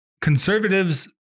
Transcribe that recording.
conservatives